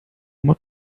uma